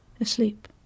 asleep